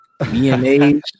VMAs